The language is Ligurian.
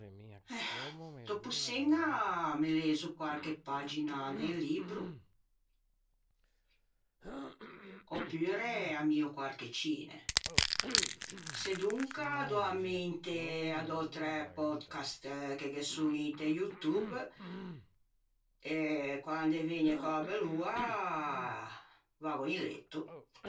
Eh dòppo çeña me lezo quarche pagina de un libbro opure ammio quarche cine sedonca dò a mente à dötræ podcast che ghe son inte YouTube e quande vëgne quella bell'oa vaggo in letto.